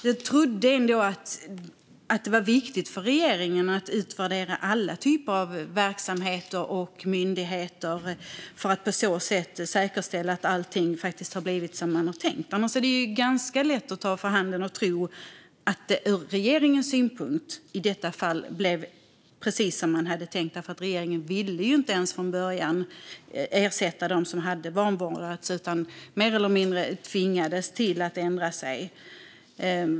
Jag trodde ändå att det var viktigt för regeringen att utvärdera alla typer av verksamheter och myndigheter för att på så sätt säkerställa att allt blivit som man tänkt. Annars är det ganska lätt att tro att det ur regeringens synpunkt i detta fall blev precis som man hade tänkt, för regeringen ville inte ens från början ersätta dem som hade vanvårdats utan tvingades mer eller mindre att ändra sig.